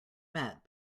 met